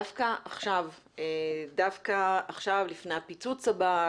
דווקא עכשיו לפני הפיצוץ הבא,